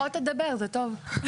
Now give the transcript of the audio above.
פחות לדבר, זה טוב.